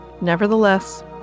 Nevertheless